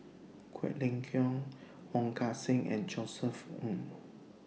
Quek Ling Kiong Wong Kan Seng and Josef Ng